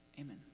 Amen